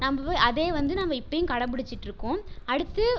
நம்ம போய் அதே வந்து நம்ம இப்பவும் கடைபுடிச்சிட்ருக்கோம் அடுத்து